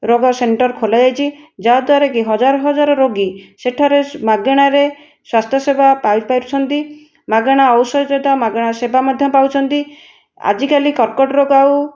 ରୋଗ ସେଣ୍ଟର ଖୋଲା ଯାଇଛି ଯାହାଦ୍ୱାରା କି ହଜାର ହଜାର ରୋଗୀ ସେଠାରେ ମାଗଣାରେ ସ୍ୱାସ୍ଥ୍ୟସେବା ପାଇପାରୁଛନ୍ତି ମାଗଣା ଔଷଧ ସହିତ ମାଗଣା ସେବା ମଧ୍ୟ ପାଉଛନ୍ତି ଆଜିକାଲି କର୍କଟ ରୋଗ ଆଉ